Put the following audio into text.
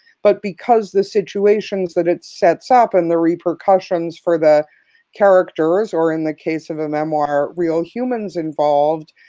but because the situations that it sets up and the repercussions for the characters or in the case of a memoir, real humans involved,